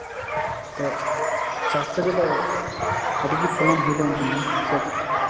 ᱛᱚ ᱪᱟᱥ ᱨᱮᱫᱚ ᱟᱹᱰᱤᱜᱮ ᱯᱷᱚᱞᱚᱱ ᱦᱩᱭ ᱞᱮᱱ ᱛᱤᱧᱟ ᱥᱮ